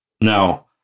now